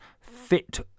Fit